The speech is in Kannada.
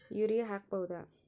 ಯೂರಿಯ ಹಾಕ್ ಬಹುದ?